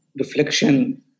reflection